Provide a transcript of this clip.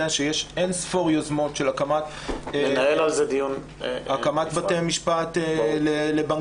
אתה יודע שיש אין-ספור יוזמות של הקמת בתי משפט לבנקאות